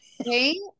Okay